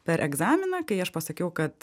per egzaminą kai aš pasakiau kad